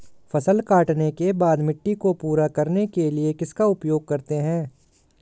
फसल काटने के बाद मिट्टी को पूरा करने के लिए किसका उपयोग करते हैं?